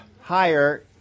higher